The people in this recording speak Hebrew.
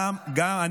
אנחנו מקשיבות לך.